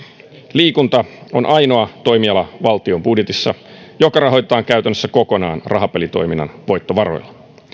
liikunta on valtion budjetissa ainoa toimiala joka rahoitetaan käytännössä kokonaan rahapelitoiminnan voittovaroilla